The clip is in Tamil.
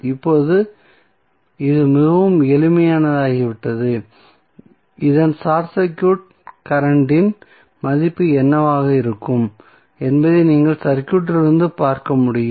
இப்போது இது மிகவும் எளிமையானதாகிவிட்டது இதன் ஷார்ட் சர்க்யூட் கரண்ட் இன் மதிப்பு என்னவாக இருக்கும் என்பதை நீங்கள் சர்க்யூட்டிலிருந்து பார்க்க முடியும்